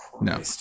No